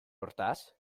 hortaz